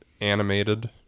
animated